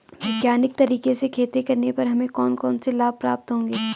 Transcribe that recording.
वैज्ञानिक तरीके से खेती करने पर हमें कौन कौन से लाभ प्राप्त होंगे?